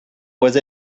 was